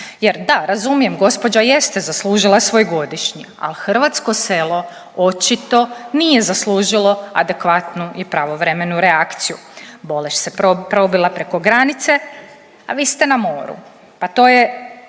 jer da, razumijem, gospođa jeste zaslužila svoj godišnje, al hrvatsko selo očito nije zaslužilo adekvatnu i pravovremenu reakciju. Bolest se probila preko granice, a vi ste na moru, pa to je